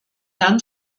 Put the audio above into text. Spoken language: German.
dann